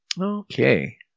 Okay